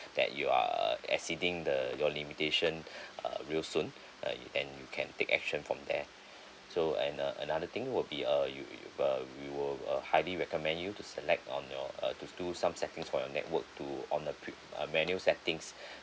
that you are err exceeding the your limitation uh real soon uh and you can take action from there so and uh another thing would be uh you uh we will uh highly recommend you to select on your uh to do some settings for your network to on a pri~ uh menu settings